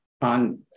on